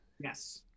Yes